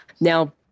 Now